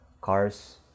Cars